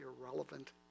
irrelevant